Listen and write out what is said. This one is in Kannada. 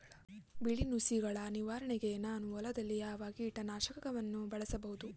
ಬಿಳಿ ನುಸಿಗಳ ನಿವಾರಣೆಗೆ ನಾನು ಹೊಲದಲ್ಲಿ ಯಾವ ಕೀಟ ನಾಶಕವನ್ನು ಬಳಸಬಹುದು?